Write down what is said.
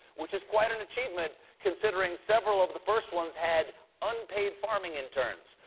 which is quite an achievement considering several of the first ones had unpaid farming interns.